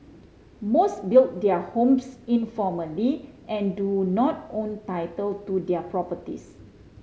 most built their homes informally and do not own title to their properties